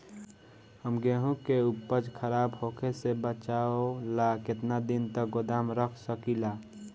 हम गेहूं के उपज खराब होखे से बचाव ला केतना दिन तक गोदाम रख सकी ला?